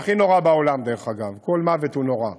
וזה הכי נורא בעולם, דרך אגב, כל מוות הוא נורא,